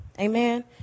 Amen